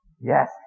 Yes